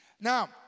Now